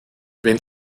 wenn